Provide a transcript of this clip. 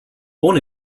born